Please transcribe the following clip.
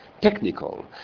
technical